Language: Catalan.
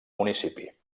municipi